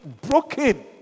broken